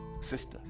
sister